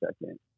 second